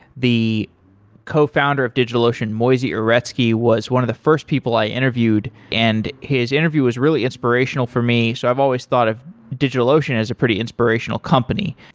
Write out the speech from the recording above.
the cofounder of digitalocean, moisey uretsky, was one of the first people i interviewed, and his interview was really inspirational for me. so i've always thought of digitalocean as a pretty inspirational company.